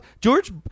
George